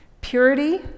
purity